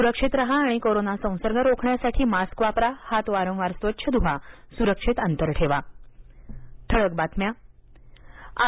सुक्षित राहा आणि कोरोना संसर्ग रोखण्यासाठी मास्क वापरा हात वारंवार स्वच्छ धुवा आणि सुरक्षित अंतर राखा